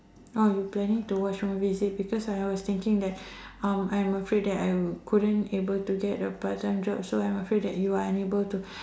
oh we planning to watch movie see because I was thinking that um I'm afraid that I couldn't able to get a part time job so I'm afraid that you are unable to